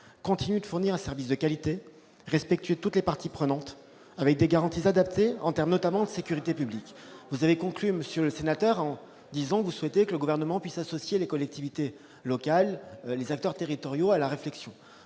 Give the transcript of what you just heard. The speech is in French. continue de fournir un service de qualité, respectueux de toutes les parties prenantes, avec des garanties adaptées en termes notamment de sécurité publique. Vous avez conclu, monsieur le sénateur, en souhaitant que le Gouvernement puisse associer les collectivités locales, les acteurs territoriaux, à la réflexion.